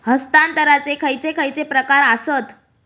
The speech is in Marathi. हस्तांतराचे खयचे खयचे प्रकार आसत?